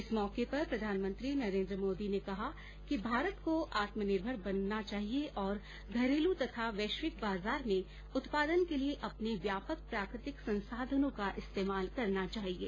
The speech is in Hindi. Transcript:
इस मौके पर प्रधानमंत्री नरेन्द्र मोदी ने कहा है कि भारत को आत्मनिर्भर बनना चाहिये और घरेलू तथा वैश्विक बाजार में उत्पादन के लिये अपने व्यापक प्राकृतिक संसाधनों का इस्तेमाल करना चाहिये